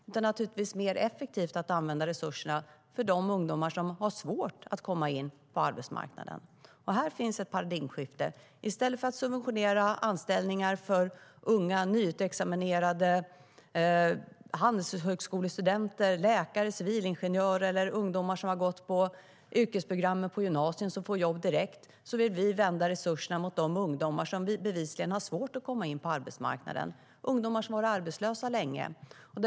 Det är naturligtvis mer effektivt att lägga resurserna på de ungdomar som har svårt att komma in på arbetsmarknaden. Här finns ett paradigmskifte: I stället för att subventionera anställningar för unga, nyutexaminerade handelshögskolestudenter, läkare, civilingenjörer eller ungdomar som har gått yrkesprogrammen på gymnasiet och får jobb direkt vill vi vända resurserna mot de ungdomar som bevisligen har svårt att komma in på arbetsmarknaden. Det är ungdomar som har varit arbetslösa länge.